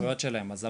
מקבלים